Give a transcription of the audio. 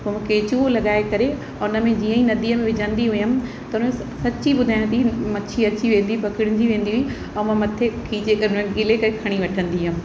पोइ मां केंचुओ लॻाए करे उनमें जींअ ई नंदीअ में विझंदी हुयमि त उनजो स सचु ॿुधायां थी मछी अची वेंदी हुई पकिड़जी वेंदी हुई और मां मथे खींचे करे हुनखे ॻी करे खणी वठंदी हुयमि